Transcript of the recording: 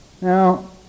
Now